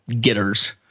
getters